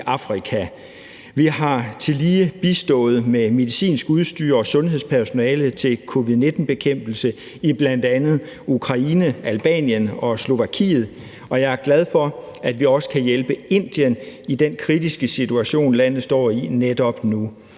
Afrika. Vi har tillige bistået med medicinsk udstyr og sundhedspersonale til covid-19-bekæmpelse i bl.a. Ukraine, Albanien og Slovakiet, og jeg er glad for, at vi også kan hjælpe Indien i den kritiske situation, som landet står i netop nu,